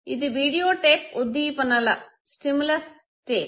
అది వీడియోటేప్ ఉద్ధీపనలస్టిములస్ టేప్